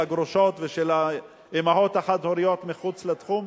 של הגרושות ושל האמהות החד-הוריות מחוץ לתחום,